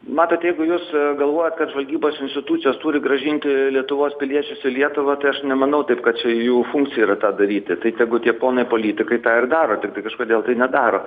matot jeigu jūs galvojat kad žvalgybos institucijos turi grąžinti lietuvos piliečius į lietuvą tai aš nemanau taip kad čia jų funkcija yra tą daryti tai tegu tie ponai politikai tą ir daro tiktai kažkodėl tai nedaro